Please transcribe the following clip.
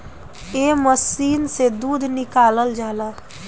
एह मशीन से दूध निकालल जाला